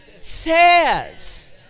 says